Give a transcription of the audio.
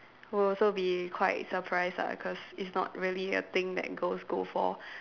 will also be quite surprised lah cause it's not really a thing that girls go for